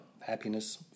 happiness